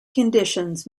conditions